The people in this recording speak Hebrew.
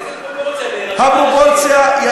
איזה פרופורציה?